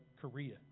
Korea